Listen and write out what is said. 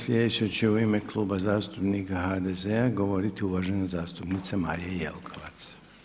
Sljedeća će u ime Kluba zastupnika HDZ-a govoriti uvažena zastupnica Marija Jelkovac.